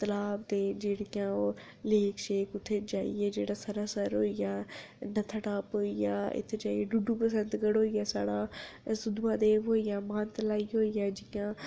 तला दियां जेह्ड़ियां ओह् लेक शेक उत्थै जाइयै जेह्ड़ा सनासर होई गेआ नत्थाटाप होई गेआ इत्थै जाइयै डुडु बसंतगढ़ होई गेआ साढ़ा शुद्ध महादेव होई गेआ मानतलाई होई गेआ जि'यां